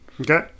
okay